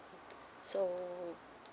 so